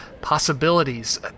Possibilities